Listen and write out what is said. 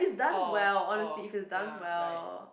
oh oh ya right